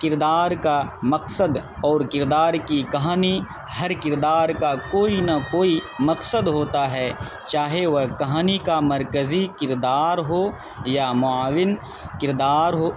کردار کا مقصد اور کردار کی کہانی ہر کردار کا کوئی نہ کوئی مقصد ہوتا ہے چاہے وہ کہانی کا مرکزی کردار ہو یا معاون کردار ہو